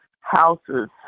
houses